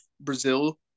Brazil